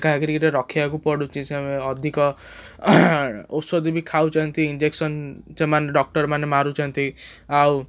ଏକା କରିକି ତ ରଖିବାକୁ ପଡ଼ୁଛି ସେ ଅଧିକ ଔଷଧ ବି ଖାଉଛନ୍ତି ଇଞ୍ଜେକସନ୍ ସେମାନେ ଡକ୍ଟର ମାନେ ମାରୁଛନ୍ତି ଆଉ